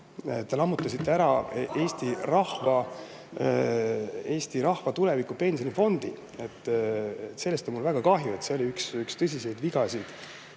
lammutasite ära Eesti rahva tuleviku pensionifondi. Sellest on mul väga kahju. See oli üks tõsiseid vigasid,